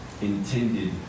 intended